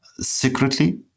secretly